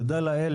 תודה לאל,